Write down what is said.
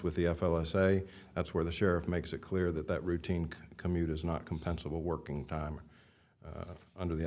with the f l i say that's where the sheriff makes it clear that that routine commute is not compensable working time or under the